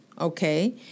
okay